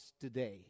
today